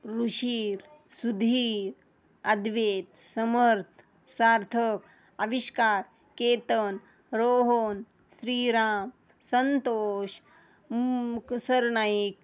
ऋषीर सुधीर अद्वेत समर्थ सार्थक आविष्कार केतन रोहन श्रीराम संतोष क सरनाईक